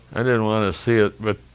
i didn't want to see it, but